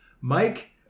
Mike